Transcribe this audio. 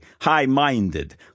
high-minded